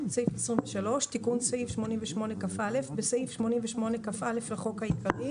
23.תיקון סעיף 88כא בסעיף 88כא לחוק העיקרי